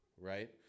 right